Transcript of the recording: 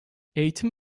eğitim